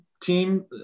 team